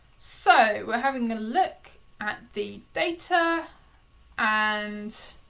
so we're having a look at the data and